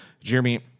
Jeremy